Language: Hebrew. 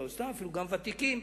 אפילו גם ותיקים,